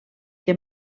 que